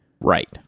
Right